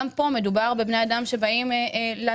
גם פה, מדובר בבני אדם שבאים לעזור,